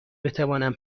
بتوانم